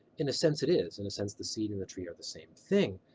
in a sense it is. in a sense the seed in the tree are the same thing.